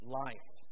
life